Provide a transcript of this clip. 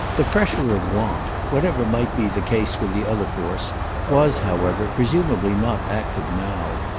the pressure of want whatever might be the case with the other force was, however, presumably not active now,